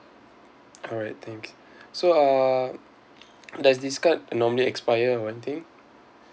alright thanks so uh does this card normally expire or anything